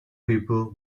people